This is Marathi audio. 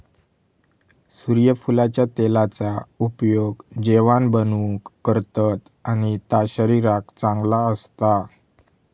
सुर्यफुलाच्या तेलाचा उपयोग जेवाण बनवूक करतत आणि ता शरीराक चांगला असता